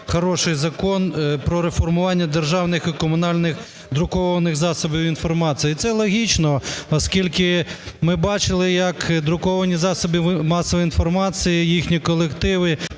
хороший Закон "Про реформування державних і комунальних друкованих засобів масової інформації". І це логічно, оскільки ми бачили, як друковані засоби масової інформації, їхні колективи